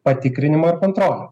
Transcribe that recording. patikrinimą ir kontrolę